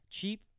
cheap